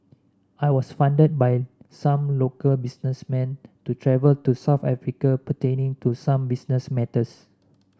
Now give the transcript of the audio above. I was funded by some local businessmen to travel to South Africa pertaining to some business matters